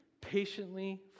patiently